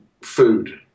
food